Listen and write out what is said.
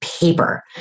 paper